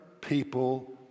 people